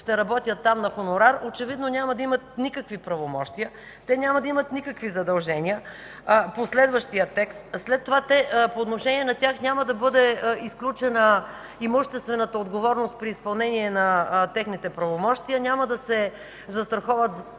ще работят там на хонорар, очевидно няма да имат никакви правомощия. Те няма да имат никакви задължения по следващия текст. По отношение на тях няма да бъде изключена имуществената отговорност при изпълнение на техните правомощия, няма да се застраховат